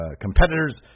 competitors